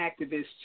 activists